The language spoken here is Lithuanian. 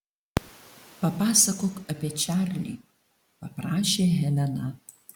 papasakok apie čarlį paprašė helena